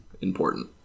important